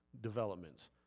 developments